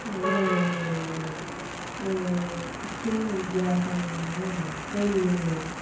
அதில் ஒரு ஒரு சின்ன வித்தியாசம் என்னென்னா தேநீர்